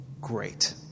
great